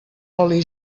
oli